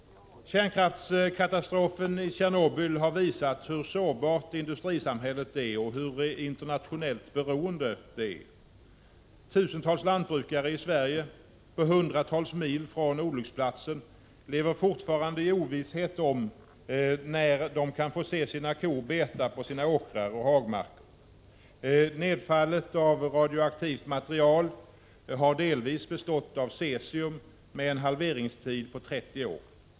Kärnkraftskatastrofen i Tjernobyl har visat hur sårbart och hur internationellt beroende industrisamhället är. Tusentals lantbrukare i Sverige, på hundratals mils avstånd från olycksplatsen, lever fortfarande i ovisshet om när de kan få se sina kor beta på åkrarna och i hagmarkerna. Nedfallet av radioaktivt material har delvis bestått av cesium som har en halveringstid på 30 år.